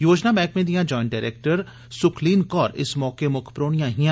योजना मैहकमे दियां जांयट डरैक्टर स्खलीन कौर इस मौके मुक्ख परौहनियां हियां